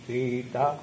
Sita